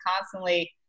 constantly